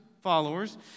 followers